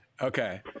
Okay